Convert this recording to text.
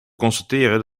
constateren